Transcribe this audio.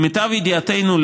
למיטב ידיעתנו,